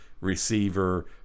receiver